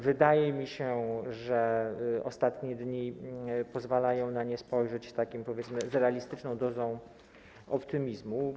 Wydaje mi się, że ostatnie dni pozwalają na nie spojrzeć z taką, powiedzmy, realistyczną dozą optymizmu.